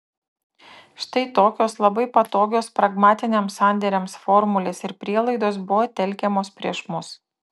štai tokios labai patogios pragmatiniams sandėriams formulės ir prielaidos buvo telkiamos prieš mus